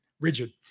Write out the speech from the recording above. rigid